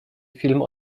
film